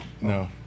No